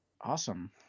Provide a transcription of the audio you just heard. awesome